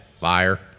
Liar